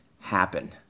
happen